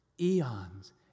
eons